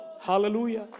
Hallelujah